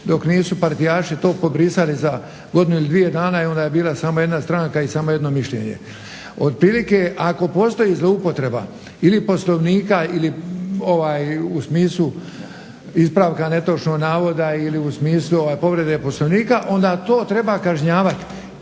dok nisu partijaši to pobrisali za godinu ili dvije dana, onda je bila samo jedna stranka i samo jedno mišljenje. Otprilike ako postoji zloupotreba ili Poslovnika ili u smislu ispravka netočnog navoda ili u smislu povrede Poslovnika onda to treba kažnjavati.